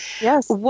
Yes